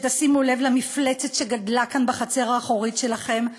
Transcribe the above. שתשימו לב למפלצת שגדלה כאן בחצר האחורית שלכם,